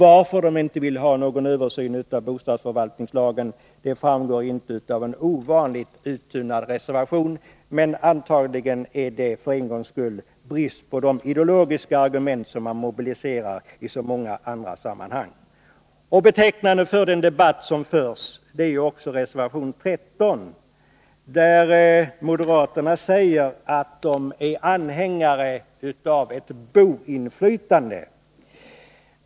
Anledningen till det framgår inte av reservation 12, som är ovanligt uttunnad. Men antagligen är det för en gångs skull brist på ideologiska argument, som man mobiliserar i så många andra sammanhang. Betecknande för den debatt som förs är reservation 13, där moderaterna säger att de är anhängare till ett boinflytande.